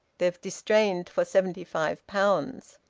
they've distrained for seventy-five pounds.